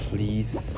Please